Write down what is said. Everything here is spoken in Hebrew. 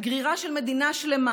הגרירה של מדינה שלמה